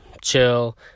chill